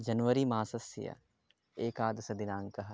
जनवरिमासस्य एकादशदिनाङ्कः